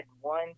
one